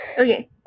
Okay